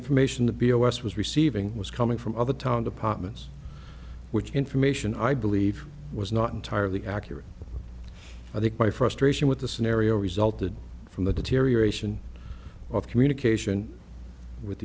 information the b o s was receiving was coming from other town departments which information i believe was not entirely accurate i think my frustration with the scenario resulted from the deterioration of communication with